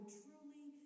truly